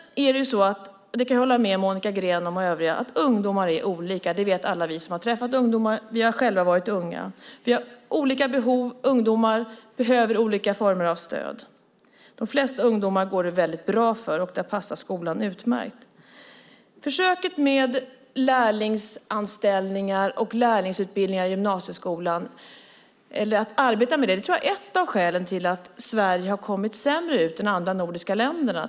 Jag kan hålla med Monica Green och övriga om att ungdomar är olika. Det vet alla vi som har träffat ungdomar. Vi har själva varit unga. Vi har olika behov. Ungdomar behöver olika former av stöd. De flesta ungdomar går det väldigt bra för, och där passar skolan utmärkt. Att arbeta med lärlingsanställningar och lärlingsutbildningar i gymnasieskolan tror jag är ett av skälen till att Sverige har kommit sämre ut än de andra nordiska länderna.